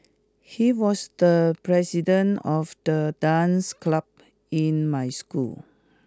he was the president of the dance club in my school